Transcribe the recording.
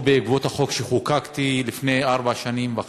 בעקבות החוק שחוקקתי לפני ארבע שנים וחצי,